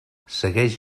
segueix